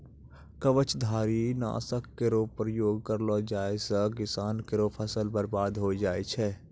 कवचधारी? नासक केरो प्रयोग करलो जाय सँ किसान केरो फसल बर्बाद होय जाय छै